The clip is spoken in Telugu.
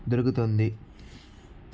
దొరుకుతుంది